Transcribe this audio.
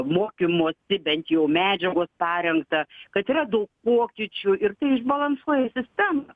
mokymosi bent jau medžiagos parengta kad yra daug pokyčių ir tai išbalansuoja sistemą